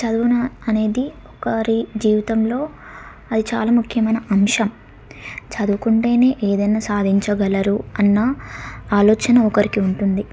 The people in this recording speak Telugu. చదువు అనేది ఒకరి జీవితంలో అది చాలా ముఖ్యమైన అంశం చదువుకుంటేనే ఏదైనా సాధించగలరు అన్న ఆలోచన ఒకరికి ఉంటుంది